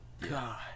god